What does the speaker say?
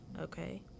okay